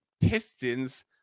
Pistons